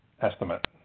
estimate